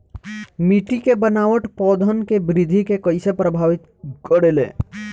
मिट्टी के बनावट पौधन के वृद्धि के कइसे प्रभावित करे ले?